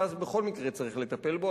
ואז בכל מקרה צריך לטפל בו,